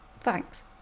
Thanks